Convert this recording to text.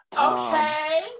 Okay